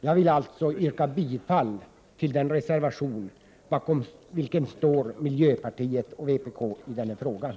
Jag vill således yrka bifall till den reservation som vpk och miljöpartiet står bakom i den här frågan.